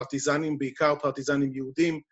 ‫פרטיזנים, בעיקר פרטיזנים יהודים,